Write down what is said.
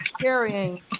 carrying